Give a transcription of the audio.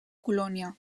colònia